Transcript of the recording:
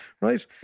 right